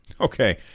okay